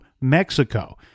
Mexico